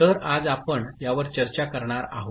तर आज आपण यावर चर्चा करणार आहोत